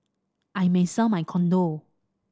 I may sell my condo